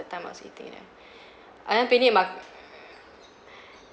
the time I was eating there